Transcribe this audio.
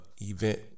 event